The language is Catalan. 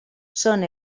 són